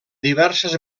diverses